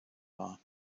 war